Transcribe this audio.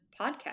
podcast